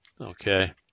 Okay